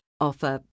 offer